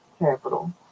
capital